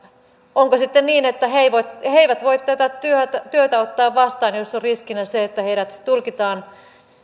onko sitten niin että he eivät he eivät voi tätä työtä työtä ottaa vastaan jos on riskinä se että heidät tulkitaan